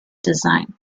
design